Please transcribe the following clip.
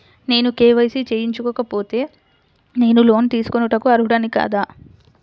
నేను కే.వై.సి చేయించుకోకపోతే నేను లోన్ తీసుకొనుటకు అర్హుడని కాదా?